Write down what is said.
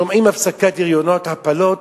שומעים הפסקת הריונות, הפלות,